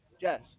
Jess